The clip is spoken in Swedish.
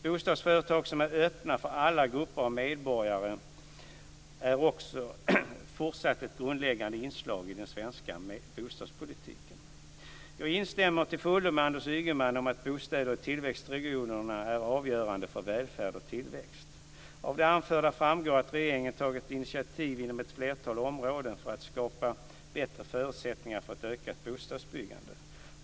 Bostadsföretag som är öppna för alla grupper av medborgare är också fortsatt ett grundläggande inslag i den svenska bostadspolitiken. Jag instämmer till fullo med Anders Ygeman om att bostäder i tillväxtregionerna är avgörande för välfärd och tillväxt. Av det anförda framgår att regeringen tagit initiativ inom ett flertal områden för att skapa bättre förutsättningar för ett ökat bostadsbyggande.